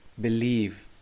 believe